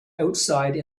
outside